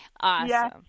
Awesome